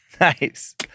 Nice